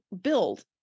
build